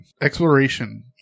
exploration